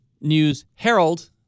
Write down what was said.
News-Herald